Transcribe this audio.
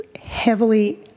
heavily